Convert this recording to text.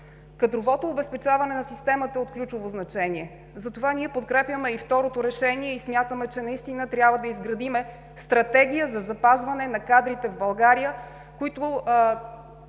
Кадровото обезпечаване на системата е от ключово значение, затова подкрепяме и второто решение. Смятаме, че наистина трябва да изградим стратегия за запазване на кадрите в България, които